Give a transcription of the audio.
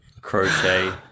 Crochet